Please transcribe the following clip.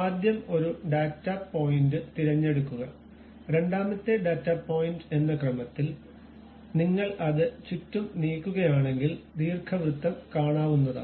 ആദ്യം ഒരു data point തിരന്നെടുക്കുക രണ്ടാമത്തെ ഡാറ്റ പോയിന്റ് എന്ന ക്രമത്തിൽ നിങ്ങൾ അത് ചുറ്റും നീക്കുകയാണെങ്കിൽ ദീർഘവൃത്തം കാണാവുന്നതാണ്